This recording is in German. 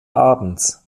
abends